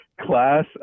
class